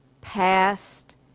past